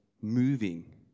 moving